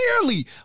clearly